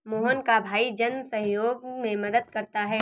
मोहन का भाई जन सहयोग में मदद करता है